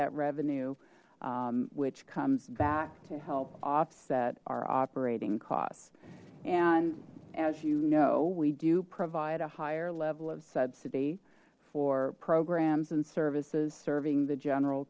that revenue which comes back to help offset our operating costs and as you know we do provide a higher level of subsidy for programs and services serving the general